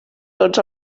tots